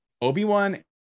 obi-wan